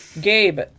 Gabe